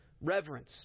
reverence